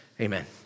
amen